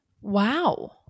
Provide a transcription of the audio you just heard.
Wow